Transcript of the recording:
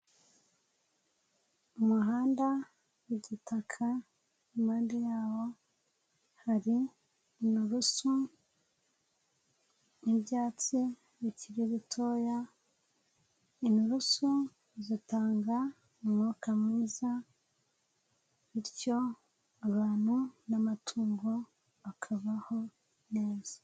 umuhanda w'igitaka impande y'aho hari inturusu, n'ibyatsi bikiri bitoya. lnturusu zitanga umwuka mwiza ,bityo abantu n'amatungo bakabaho neza.